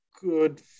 good